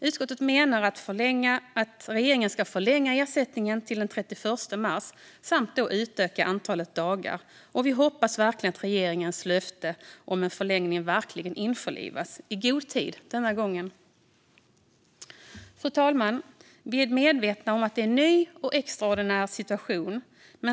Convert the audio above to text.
Utskottet menar att regeringen bör förlänga ersättningen till den 31 mars samt utöka antalet dagar. Vi hoppas verkligen att regeringens löfte om en förlängning infrias i god tid den här gången. Fru talman! Vi är medvetna om att det råder en ny och extraordinär situation.